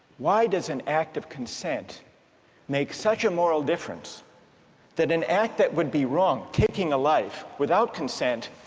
why does an act of consent make such a moral difference that an act that would be wrong, taking a life, without consent